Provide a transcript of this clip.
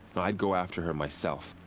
i'd go after her myself.